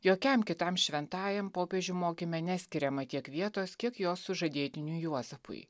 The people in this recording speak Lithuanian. jokiam kitam šventajam popiežių mokyme neskiriama tiek vietos kiek jos sužadėtiniui juozapui